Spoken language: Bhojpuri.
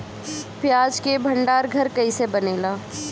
प्याज के भंडार घर कईसे बनेला?